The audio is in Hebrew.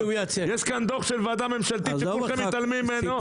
יש כאן דוח של ועדה ממשלתית שכולכם מתעלמים ממנו,